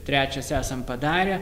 trečias esam padarę